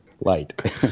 light